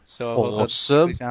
Awesome